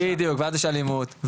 ואז יש אלימות,